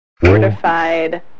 Fortified